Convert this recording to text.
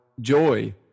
joy